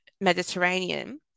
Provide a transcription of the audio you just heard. mediterranean